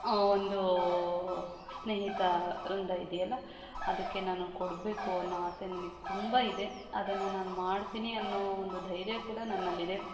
ಒಂದು ಸ್ನೇಹಿತವೃಂದ ಇದೆಯಲ್ಲ ಅದಕ್ಕೆ ನಾನು ಕೊಡಬೇಕು ಅನ್ನೋ ಆಸೆ ನನಗೆ ತುಂಬ ಇದೆ ಅದನ್ನು ನಾನು ಮಾಡ್ತೀನಿ ಅನ್ನೋ ಒಂದು ಧೈರ್ಯ ಕೂಡ ನನ್ನಲ್ಲಿದೆ